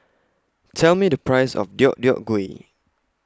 Tell Me The Price of Deodeok Gui